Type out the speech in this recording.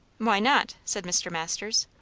why not? said mr. masters.